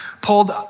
pulled